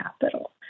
capital